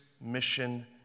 mission